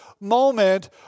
moment